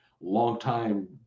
longtime